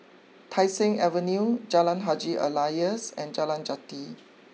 Tai Seng Avenue Jalan Haji Alias and Jalan Jati